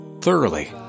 thoroughly